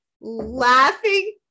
laughing